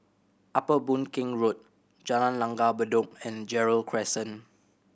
Upper Boon Keng Road Jalan Langgar Bedok and Gerald Crescent